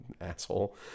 asshole